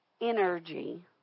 energy